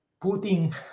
putting